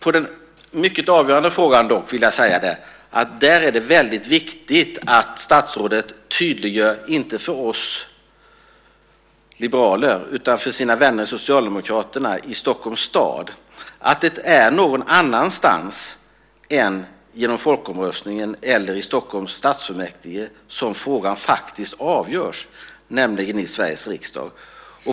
I en mycket avgörande fråga vill jag dock säga att det är väldigt viktigt att statsrådet tydliggör - inte för oss borgerliga utan för sina vänner Socialdemokraterna i Stockholms stad - att det är någon annanstans än genom folkomröstningen eller i Stockholms stadsfullmäktige som frågan faktiskt avgörs, nämligen i Sveriges riksdag.